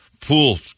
pool